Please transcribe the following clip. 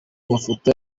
mafoto